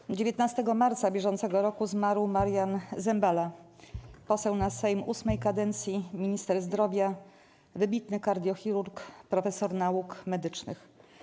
W dniu 19 marca br. zmarł Marian Zembala, poseł na Sejm VIII kadencji, minister zdrowia, wybitny kardiochirurg, profesor nauk medycznych.